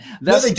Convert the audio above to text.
No